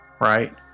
right